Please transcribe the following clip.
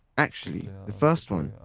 actually the first one,